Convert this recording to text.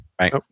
Right